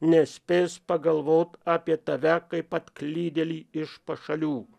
nespės pagalvot apie tave kaip atklydėlį iš pašalių